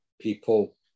people